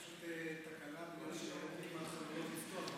זאת פשוט תקלה, בגלל שאין כמעט חלונות לפתוח.